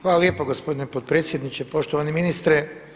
Hvala lijepo gospodine potpredsjedniče, poštovani ministre.